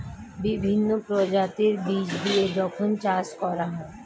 বিভিন্ন প্রজাতির বীজ দিয়ে যখন চাষ করা হয়